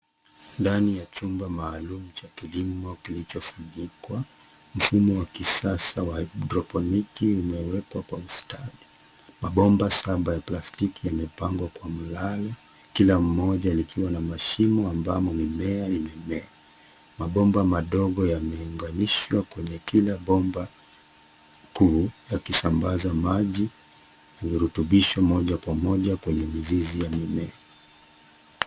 Ndani ya chumba maalum cha kilimo kilichofungukwa mfumo wa kisasa wa Hydroponic umewekwa kwa mstari. Bomba saba ya plastiki imepangwa kwa mradi kila mmoja nikiwa na mashimo ambamo mimea imemea. Mabomba madogo yameunganishwa kwenye kila bomba kuu yakisambaza maji, virutubisho moja kwa moja kwenye mizizi ya mimea.